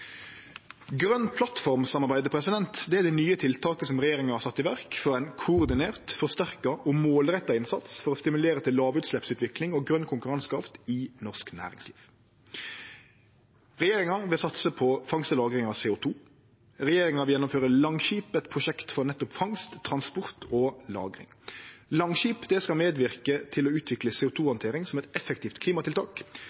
Grøn plattform-samarbeidet er det nye tiltaket som regjeringa har sett i verk for ein koordinert, forsterka og målretta innsats for å stimulere til lågutsleppsutvikling og grøn konkurransekraft i norsk næringsliv. Regjeringa vil satse på fangst og lagring av CO 2 . Regjeringa vil gjennomføre Langskip, eit prosjekt for nettopp fangst, transport og lagring. Langskip skal medverke til å utvikle